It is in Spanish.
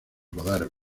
rodar